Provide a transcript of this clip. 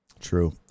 True